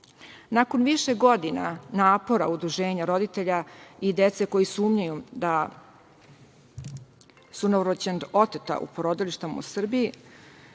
više godina napora Udruženja roditelja i dece, koja sumnjaju da su na rođenju oteta u porodilištima u Srbiji,